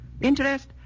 Interest